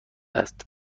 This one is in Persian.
است